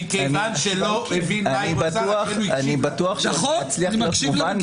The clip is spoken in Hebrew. אני בטוח שאני אצליח להסביר.